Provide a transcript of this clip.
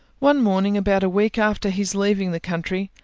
one morning, about a week after his leaving the country,